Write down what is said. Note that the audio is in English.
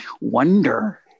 wonder